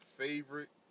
favorite